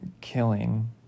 killing